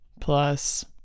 plus